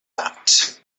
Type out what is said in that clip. arts